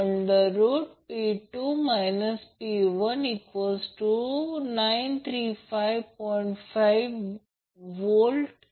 तर R मूल्य आणि X मूल्य काय असेल j 0 1 j लिहू शकतो याचा अर्थ 0 cos π 2 आणि j sin π 2 लिहू शकतो